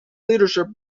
leadership